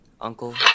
Uncle